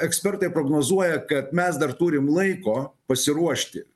ekspertai prognozuoja kad mes dar turim laiko pasiruošti